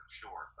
sure